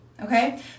okay